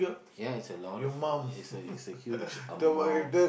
ya it's a lot of it's it's a huge amount